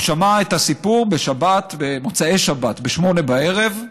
הוא שמע את הסיפור בשבת, במוצאי שבת, ב-20:00.